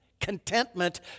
contentment